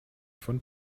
von